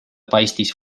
paistis